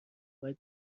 باید